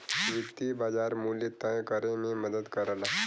वित्तीय बाज़ार मूल्य तय करे में मदद करला